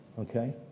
okay